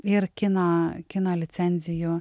ir kino kino licenzijų